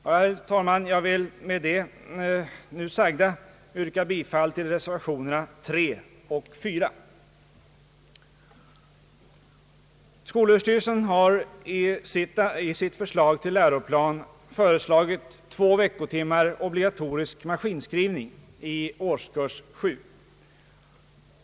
Med det nu sagda vill jag, herr talman, yrka bifall till reservationerna 3 och 4. Skolöverstyrelsen har i sitt förslag till läroplan upptagit två veckotimmar obligatorisk maskinskrivning i årskurs 7.